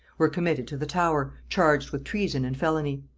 were committed to the tower, charged with treason and felony.